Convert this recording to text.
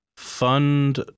fund